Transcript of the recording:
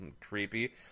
creepy